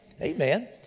Amen